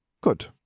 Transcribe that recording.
Good